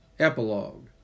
Epilogue